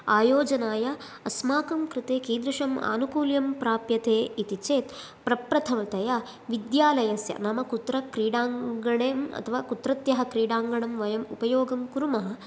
आयोजनाय अस्माकं कृते कीदृशम् आनुकूल्यं प्राप्यते इति चेत् प्रप्रथमतया विद्यालयस्य नाम कुत्र क्रीडाङ्गणम् अथवा कुत्रत्यः क्रीडाङ्गणं वयं उपयोगं कुर्मः